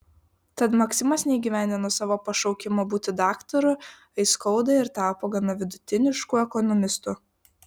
tad maksimas neįgyvendino savo pašaukimo būti daktaru aiskauda ir tapo gana vidutinišku ekonomistu